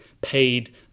paid